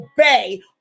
obey